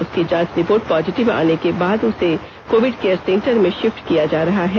उसकी जांच report positive आने के बाद उसे कोविड केयर सेंटर में शिफ्ट किया जा रहा है